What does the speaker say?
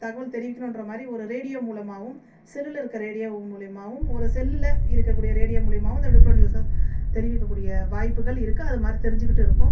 தகவல் தெரிவிக்கணுன்ற மாதிரி ஒரு ரேடியோ மூலமாகவும் செல்லுல இருக்க ரேடியோ மூலிமாவும் ஒரு செல்லில் இருக்கக்கூடிய ரேடியோ மூலியமாவும் இந்த விழுப்புரம் நியூஸில் தெரிவிக்கக்கூடிய வாய்ப்புகள் இருக்குது அதுமாதிரி தெரிஞ்சுக்கிட்டும் இருக்கோம்